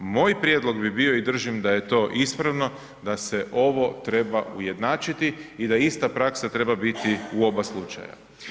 Moj prijedlog bi bio i držim da je to ispravno, da se ovo treba ujednačiti i da ista praksa treba biti u oba slučaja.